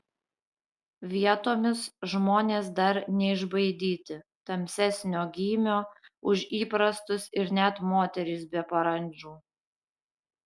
vietomis žmonės dar neišbaidyti tamsesnio gymio už įprastus ir net moterys be parandžų